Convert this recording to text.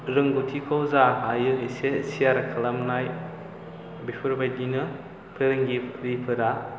रोंगौथिखौ जा हायो एसे सेयार खालामनाय बेफोरबायदिनो फोरोंगिरिफोरा